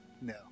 No